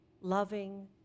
loving